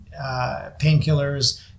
painkillers